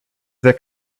that